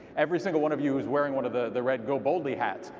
every single one of you is wearing one of the the red go boldly hats.